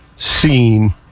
seen